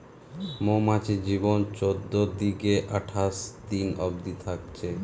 মৌমাছির জীবন চোদ্দ থিকে আঠাশ দিন অবদি থাকছে